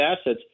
assets